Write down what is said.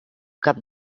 cap